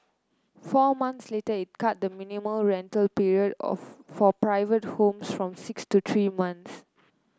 four months later it cut the minimum rental period of for private homes from six to three months